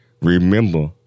Remember